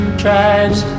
tribes